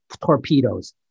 torpedoes